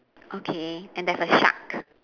okay and there's a shark